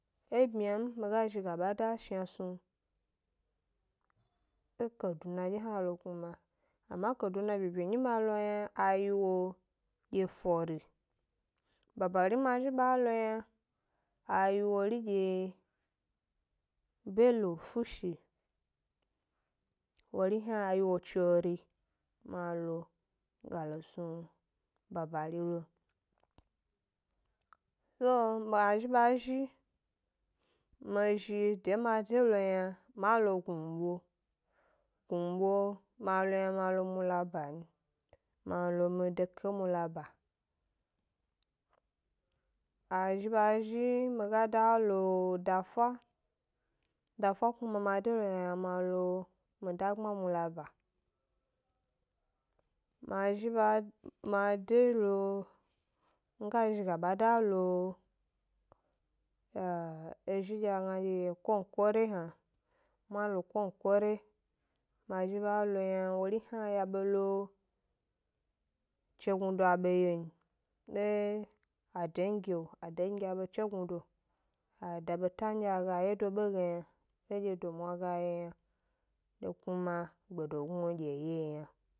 E byma m, mi ga zhi ga ba da shna snu e kaduna dye hna lo kuma, ama kaduna byebye nyi ma lo yna a yi wo dye fori, babari ma zhi ba lo yna a yi wori dye bello fushi, wori hna ayi wo chori, ma lo ga lo snu babari lo. So ma zhi ba zhi, mi 'zhi de ma de lo yna ma lo gnubo, gnubo ma lo yna ma lo mula ba n, ma lo mi doke mula ba, a zhi ba zhi mi ga da lo dafa, dafa kuma ma de lo yna ma lo yna, mi dagbma mula 'ba, ma zhi ba ma de lo nga zhi ga ba da lo eh ezhi dye a gna dye konkore hna, ma lo konkokre, ma zhi ba lo yna wori hna ya be lo chegnudo a be yio n, e dengio adengi abe chegnudo a da beta ndye aga yedo 'be ge yna, ndye domwa ga yio yna, kuma gbedognu gi e yio yna.